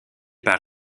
par